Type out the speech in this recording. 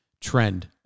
trend